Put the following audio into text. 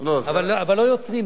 אבל לא יוצרים,